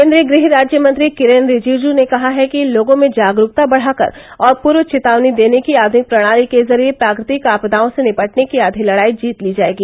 केन्द्रीय गृह राज्य मंत्री किरेन रिजिजू ने कहा है कि लोगों में जागरूकता बढ़ाकर और पूर्व चेतावनी देने की आधुनिक प्रणाली के ज़रिये प्राकृतिक आपदाओं से निपटने की आधी लड़ाई जीत ली जाएगी